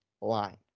line